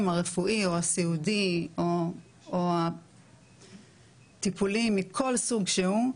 הרפואי או הסיעודי או הטיפולי מכל סוג שהוא,